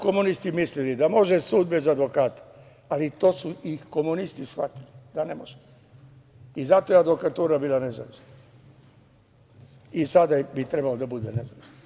Komunisti su mislili da može sud bez advokata, ali su i komunisti shvatili da ne može i zato je advokatura bila nezavisna i sada bi trebalo da bude nezavisna.